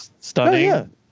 stunning